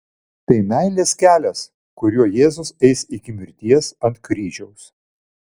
tai meilės kelias kuriuo jėzus eis iki mirties ant kryžiaus